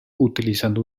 utilizando